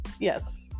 yes